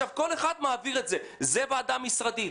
כעת כל אחד מעביר את זה: זה ועדה משרדית,